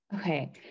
Okay